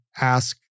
ask